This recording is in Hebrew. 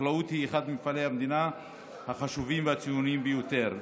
חקלאות היא אחד ממפעלי המדינה החשובים והציוניים ביותר,